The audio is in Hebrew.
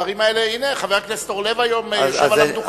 הנה, חבר הכנסת אורלב יושב היום על המדוכה.